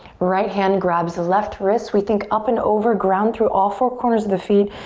right hand grabs the left wrist. we think up an over, ground through all four corners of the feet.